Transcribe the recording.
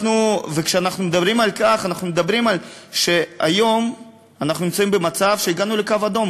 ואנחנו מדברים על כך שהיום אנחנו נמצאים במצב שהגענו לקו אדום,